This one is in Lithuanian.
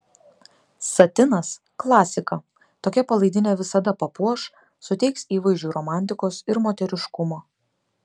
satinas klasika tokia palaidinė visada papuoš suteiks įvaizdžiui romantikos ir moteriškumo